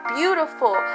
beautiful